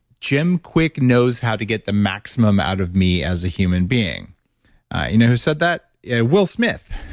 jim kwik knows how to get the maximum out of me as a human being. you know who said that? will smith.